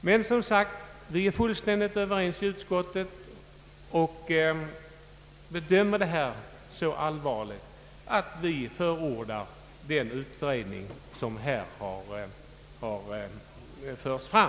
Men, som sagt, vi är fullkomligt överens i utskottet och bedömer läget som så allvarligt att vi förordar att den utredning kommer till stånd om vilken krav har förts fram.